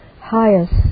highest